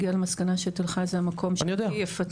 הגיעה למסקנה שתל חי זה המקום שהכי אפקטיבי.